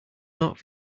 not